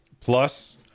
Plus